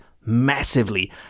massively